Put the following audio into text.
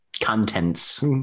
contents